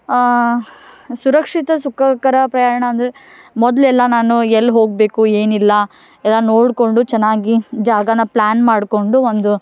ಆಂ ಸುರಕ್ಷಿತ ಸುಖಕರ ಪ್ರಯಾಣ ಅಂದರೆ ಮೊದಲೆಲ್ಲ ನಾನು ಎಲ್ಲಿ ಹೋಗಬೇಕು ಏನಿಲ್ಲ ಎಲ್ಲ ನೋಡಿಕೊಂಡು ಚೆನ್ನಾಗಿ ಜಾಗನ ಪ್ಲ್ಯಾನ್ ಮಾಡಿಕೊಂಡು ಒಂದು